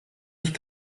nicht